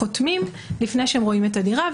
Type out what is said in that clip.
הם חותמים לפני שהם רואים את הדירה,